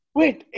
wait